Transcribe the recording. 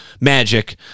magic